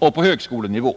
och på högskolenivå.